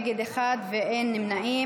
מתנגד אחד ואין נמנעים.